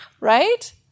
Right